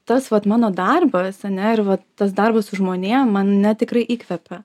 tas vat mano darbas ane ir vat tas darbas su žmonėm mane tikrai įkvepia